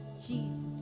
Jesus